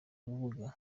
urubuga